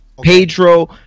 Pedro